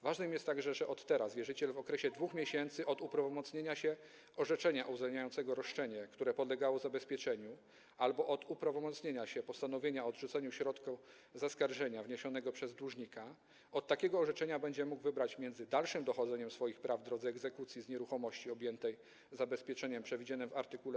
Ważne jest także, że od teraz wierzyciel w okresie 2 miesięcy od uprawomocnienia się orzeczenia uwzględniającego roszczenie, które podlegało zabezpieczeniu, albo od uprawomocnienia się postanowienia o odrzuceniu środka zaskarżenia wniesionego przez dłużnika od takiego orzeczenia będzie mógł wybrać między dalszym dochodzeniem swoich praw w drodze egzekucji z nieruchomości objętej zabezpieczeniem przewidzianym w art.